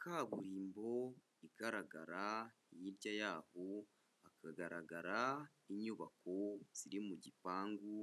Kaburimbo igaragara, hirya y'aho hakagaragara inyubako ziri mu gipangu